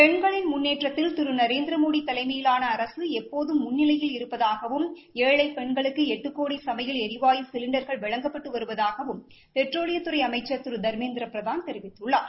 பெண்களின் முன்னேற்றத்தில் திரு நரேந்திரமோடி தலைமையிலான அரசு எப்போதும் முன்னிலையில் இருப்பதாகவும் ஏழை பெண்களுக்கு எட்டு கோடி சனமயல் ளிவாயு சிலிண்டளர்கள் வழங்கப்பட்டு வருவதாகவும் பெட்ரோலியத்துறை அமைச்சர் திரு தர்மேந்திரபிரதான் தெரிவித்துள்ளார்